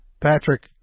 Patrick